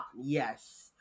yes